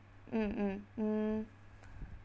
mm mm mm